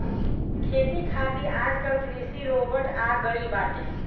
खेती खातिर आजकल कृषि रोबोट आ गइल बाटे